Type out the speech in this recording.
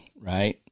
right